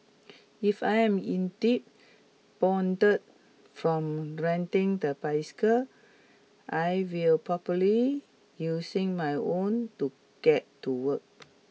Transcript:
if I am indeed bonded from renting the bicycle I will properly using my own to get to work